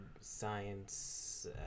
Science